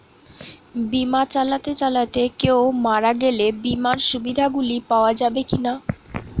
বিমা চালাতে চালাতে কেও মারা গেলে বিমার সুবিধা গুলি পাওয়া যাবে কি না?